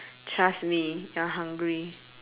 trust me you're hungry